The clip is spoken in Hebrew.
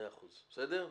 בסדר?